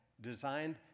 designed